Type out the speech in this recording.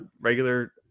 regular